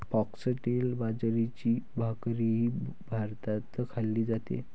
foxtail बाजरीची भाकरीही भारतात खाल्ली जाते